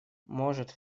может